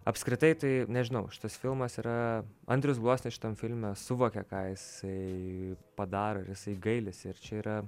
apskritai tai nežinau šitas filmas yra andrius gluosnis šitam filme suvokia ką jisai padaro ir jisai gailisi ir čia yra